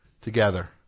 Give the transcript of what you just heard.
together